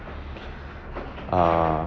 err